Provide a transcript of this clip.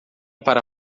para